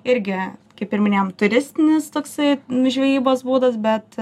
irgi kaip ir minėjom turistinis toksai žvejybos būdas bet